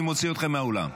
אני מוציא אתכם מהאולם.